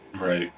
Right